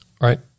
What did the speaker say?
Right